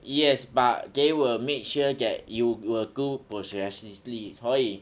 yes but they will make sure that you will do progressively 所以